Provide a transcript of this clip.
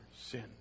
sin